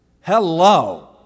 Hello